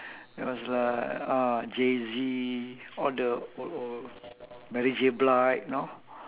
that was like ah jay Z all the old old mary J blige you know